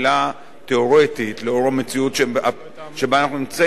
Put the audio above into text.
תיאורטית לאור המציאות שבה אנחנו נמצאים,